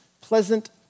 pleasant